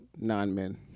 non-men